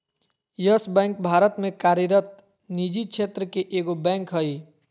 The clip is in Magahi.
यस बैंक भारत में कार्यरत निजी क्षेत्र के एगो बैंक हइ